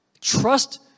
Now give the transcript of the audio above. Trust